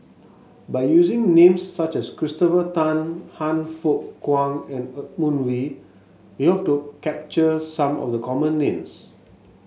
by using names such as Christopher Tan Han Fook Kwang and Edmund Wee we hope to capture some of the common names